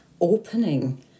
opening